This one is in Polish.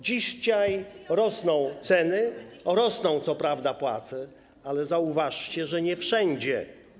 Dzisiaj rosną ceny, rosną co prawda płace, ale zauważcie, że nie wszędzie.